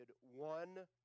one